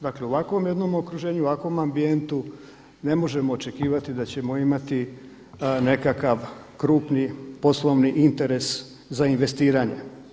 Dakle, u ovakvom jednom okruženju, ovakvom ambijentu ne možemo očekivati da ćemo imati nekakav krupni, poslovni interes za investiranje.